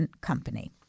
company